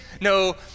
no